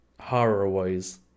horror-wise